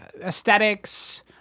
aesthetics